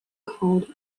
called